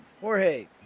Jorge